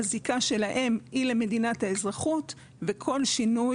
הזיקה שלהם היא למדינת האזרחות וכל שינוי